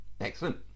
Excellent